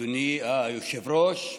אדוני היושב-ראש,